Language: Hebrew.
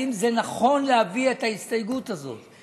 אם זה נכון להביא את ההסתייגות הזאת.